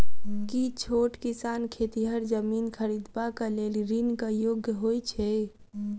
की छोट किसान खेतिहर जमीन खरिदबाक लेल ऋणक योग्य होइ छै?